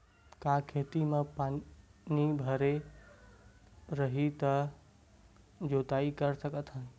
का खेत म पानी भरे रही त जोताई कर सकत हन?